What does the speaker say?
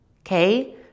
Okay